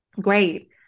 great